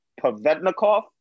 Pavetnikov